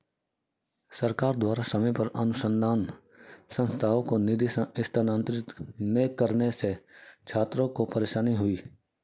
सरकार द्वारा समय पर अनुसन्धान संस्थानों को निधि स्थानांतरित न करने से छात्रों को परेशानी हुई